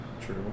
True